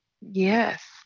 yes